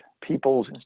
people's